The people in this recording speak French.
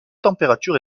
température